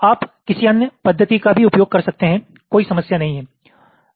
आप किसी अन्य पद्धति का भी उपयोग कर सकते हैं कोई समस्या नहीं है